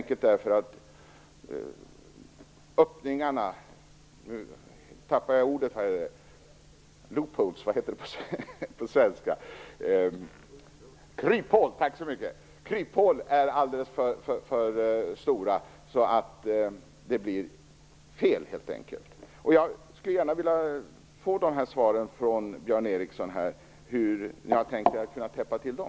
Kryphålen är alldeles för stora, vilket gör att det helt enkelt blir fel. Jag skulle gärna vilja få besked från Björn Ericson om hur ni har tänkt er att täppa till dem.